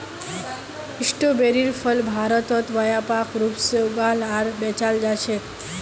स्ट्रोबेरीर फल भारतत व्यापक रूप से उगाल आर बेचाल जा छेक